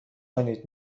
کنید